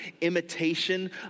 imitation